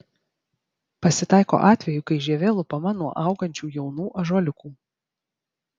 pasitaiko atvejų kai žievė lupama nuo augančių jaunų ąžuoliukų